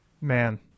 Man